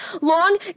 long